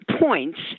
points